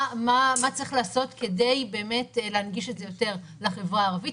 מה צריך לעשות כדי באמת להנגיש את זה יותר לחברה הערבית.